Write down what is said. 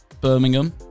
Birmingham